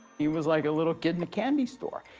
he was like a little kid in a candy store.